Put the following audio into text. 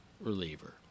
reliever